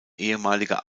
ehemaliger